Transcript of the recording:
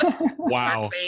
wow